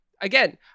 again